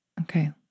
okay